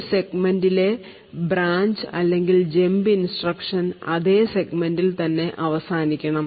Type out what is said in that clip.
ഒരു സെഗ്മെൻറിലെ ബ്രാഞ്ച് അല്ലെങ്കിൽ ജമ്പ് ഇൻസ്ട്രക്ഷൻ അതെ സെഗ്മെന്റിൽ തന്നെ അവസാനിക്കണം